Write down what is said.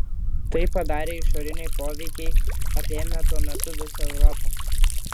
tai padarė išoriniai poveikiai apėmę tuo metu visą europą